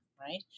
right